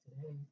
today